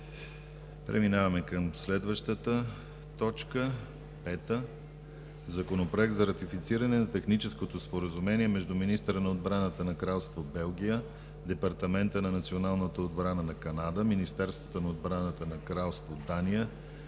Комисията по външна политика относно Законопроект за ратифициране на Техническото споразумение между министъра на отбраната на Кралство Белгия, Департамента по националната отбрана на Канада, Министерството на отбраната на Кралство Дания,